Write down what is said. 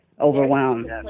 Overwhelmed